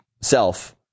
self